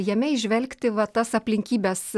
jame įžvelgti va tas aplinkybes